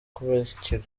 kubakira